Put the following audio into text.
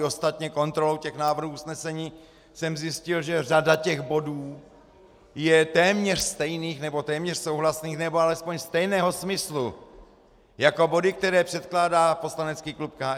Ostatně kontrolou návrhů usnesení jsem zjistil, že řada bodů je téměř stejných, nebo téměř souhlasných, nebo alespoň stejného smyslu jako body, které předkládá poslanecký klub KSČM.